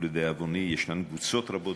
ולדאבוני יש קבוצות רבות